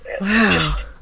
wow